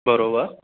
बरोबर